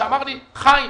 שאמר לי: חיים,